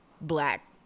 black